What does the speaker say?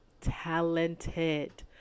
talented